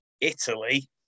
Italy